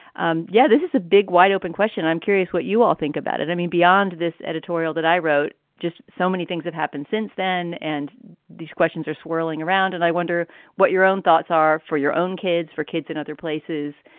um yeah, this is a big, wide open question. i'm curious what you all think about it. i mean, beyond this editorial that i wrote, just so many things have happened since then. and these questions are swirling around. and i wonder what your own thoughts are for your own kids, for kids in other places.